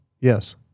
yes